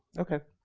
okay,